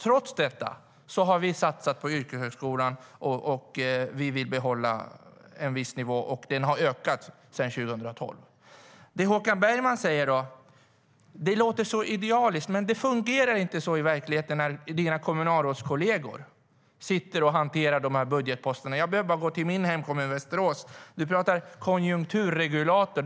Trots detta har vi satsat på yrkeshögskolan. Vi vill behålla en viss nivå, och den har ökat sedan 2012.Det Håkan Bergman säger låter så idealiskt. Men det fungerar inte i verkligheten när dina kommunalrådskolleger sitter och hanterar budgetposterna. Jag behöver bara gå till min hemkommun Västerås. Du talar om att den är en konjunkturregulator.